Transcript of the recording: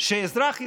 שאזרח ישראלי,